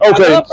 Okay